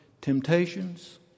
Temptations